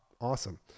Awesome